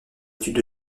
études